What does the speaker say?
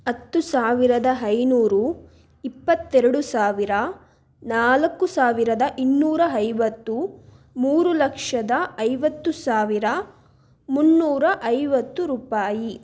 ಹತ್ತು ಸಾವಿರದ ಐನೂರು ಇಪ್ಪತ್ತೆರಡು ಸಾವಿರ ನಾಲ್ಕು ಸಾವಿರದ ಇನ್ನೂರ ಐವತ್ತು ಮೂರು ಲಕ್ಷದ ಐವತ್ತು ಸಾವಿರ ಮುನ್ನೂರ ಐವತ್ತು ರೂಪಾಯಿ